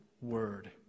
word